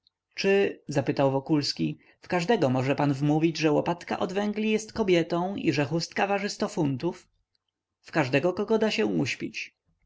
czy zapytał wokulski w każdego może pan wmówić że łopatka od węgli jest kobietą i że chustka waży sto funtów w każdego kto da się